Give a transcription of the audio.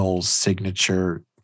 signature